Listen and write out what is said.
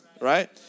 right